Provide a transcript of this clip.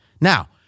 Now